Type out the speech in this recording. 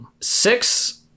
six